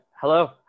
Hello